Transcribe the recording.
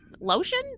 lotion